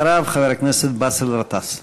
אחריו, חבר הכנסת באסל גטאס.